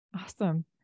Awesome